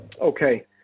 Okay